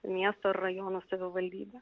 miesto ar rajono savivaldybę